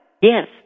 Yes